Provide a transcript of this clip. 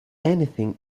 anything